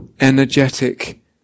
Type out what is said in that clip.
energetic